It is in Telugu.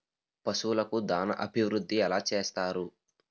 పశువులకు దాన అభివృద్ధి ఎలా చేస్తారు?